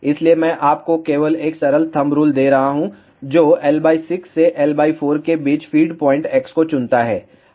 इसलिए मैं आपको केवल एक सरल थंब रूल दे रहा हूं जो L6 से L4 के बीच फ़ीड पॉइंट x को चुनता है